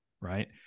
right